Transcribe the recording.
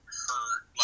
hurt